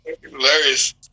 Hilarious